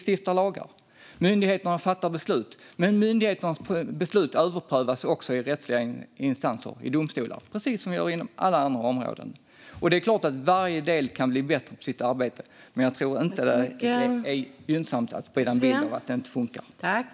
Det är myndigheterna som fattar beslut. Men myndigheternas beslut överprövas också i rättsliga instanser, i domstolar, precis som inom alla andra områden. Det är klart att varje del kan bli bättre på sitt arbete. Men jag tror inte att det är gynnsamt att sprida en bild av att det inte fungerar.